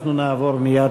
אנחנו נעבור מייד